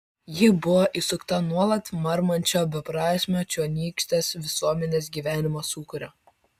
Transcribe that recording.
ji buvo įsukta nuolat marmančio beprasmio čionykštės visuomenės gyvenimo sūkurio